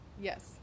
Yes